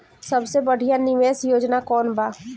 सबसे बढ़िया निवेश योजना कौन बा?